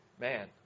man